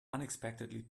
unexpectedly